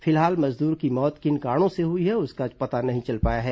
फिलहाल मजदूर की मौत किन कारणों से हुई है उसका पता नहीं चल पाया है